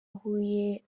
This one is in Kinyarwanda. huye